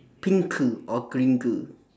pink or green